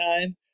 time